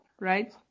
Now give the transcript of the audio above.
right